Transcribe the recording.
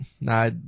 nah